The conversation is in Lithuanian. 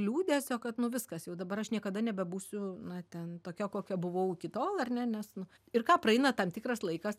liūdesio kad nu viskas jau dabar aš niekada nebebūsiu na ten tokia kokia buvau iki tol ar ne nes nu ir ką praeina tam tikras laikas